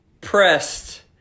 pressed